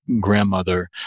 grandmother